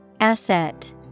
Asset